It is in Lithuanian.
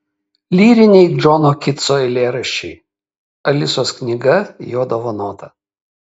lyriniai džono kitso eilėraščiai alisos knyga jo dovanota